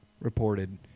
reported